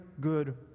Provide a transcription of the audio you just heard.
good